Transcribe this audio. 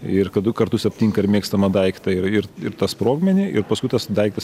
ir kad du kartus aptinka ir mėgstamą daiktą ir ir ir tą sprogmenį ir paskui tas daiktas